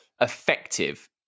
effective